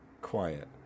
quiet